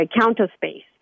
counter-space